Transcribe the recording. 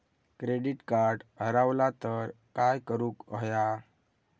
Credit card हरवला तर काय करुक होया?